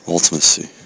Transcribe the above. Ultimacy